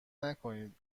نکنید